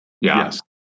yes